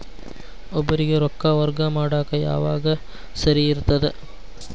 ಒಬ್ಬರಿಗ ರೊಕ್ಕ ವರ್ಗಾ ಮಾಡಾಕ್ ಯಾವಾಗ ಸರಿ ಇರ್ತದ್?